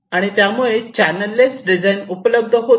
आणि त्यामुळे channel less design उपलब्ध होते